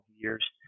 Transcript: years